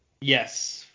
Yes